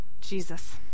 Jesus